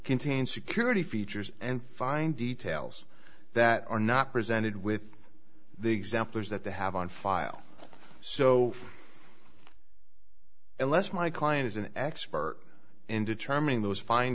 contains security features and fine details that are not presented with the examples that they have on file so unless my client is an expert in determining those fine